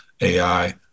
AI